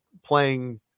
playing